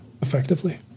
effectively